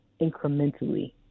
incrementally